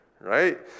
right